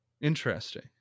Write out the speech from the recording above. Interesting